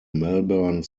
melbourne